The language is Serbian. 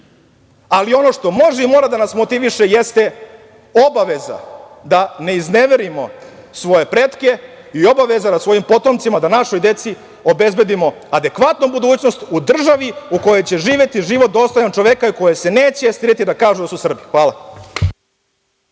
ali ono što može i mora da nas motiviše jeste obaveza da ne izneverimo svoje pretke i obaveze nad svojim potomcima da našoj deci obezbedimo adekvatnu budućnost u državi u kojoj će živeti život dostojan čoveka i koji se neće stideti da kažu da su Srbi. Hvala.